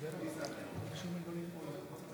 נא לספור את הקולות.